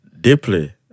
Deeply